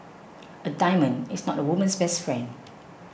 a diamond is not a woman's best friend